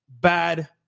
bad